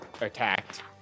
attacked